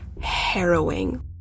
harrowing